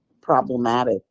problematic